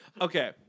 Okay